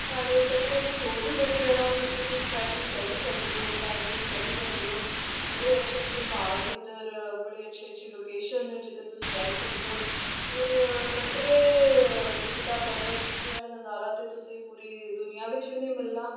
साढ़े कटरे बिच होर बी बड़ी जगह् न जित्थै तुस ट्रैकिंग करी सकदे ओ क्लाईम्बिंग करी सकदे ओ बड़े अच्छे अच्छे प्हाड़ न इद्धर बड़ी अच्छी अच्छी लोकेशन न इद्धर जिद्धर तुस जाई सकदे ओ होर कटरे त्रिकुटा पर्वत दा नज़ारा तुसें गी दुनियां बिच बी नीं मिलना